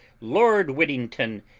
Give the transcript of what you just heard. lord whittington,